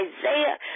Isaiah